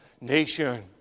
nation